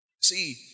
See